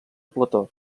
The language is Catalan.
plató